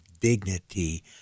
dignity